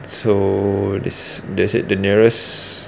so this they said the nearest